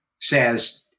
says